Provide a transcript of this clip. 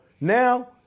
Now